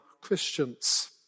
Christians